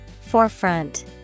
Forefront